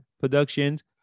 productions